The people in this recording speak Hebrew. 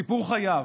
סיפור חייו,